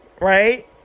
Right